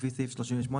לפי סעיף 38,